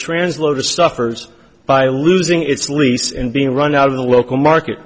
trans load of stuff or by losing its lease and being run out of the local market